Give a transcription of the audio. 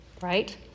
right